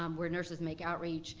um where nurses make outreach.